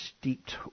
steeped